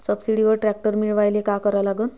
सबसिडीवर ट्रॅक्टर मिळवायले का करा लागन?